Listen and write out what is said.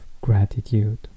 gratitude